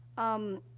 um,